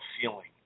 feeling